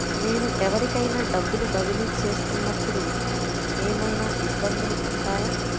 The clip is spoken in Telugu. నేను ఎవరికైనా డబ్బులు బదిలీ చేస్తునపుడు ఏమయినా ఇబ్బందులు వుంటాయా?